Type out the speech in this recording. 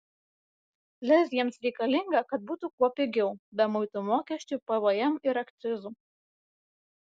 lez jiems reikalinga kad būtų kuo pigiau be muitų mokesčių pvm ir akcizų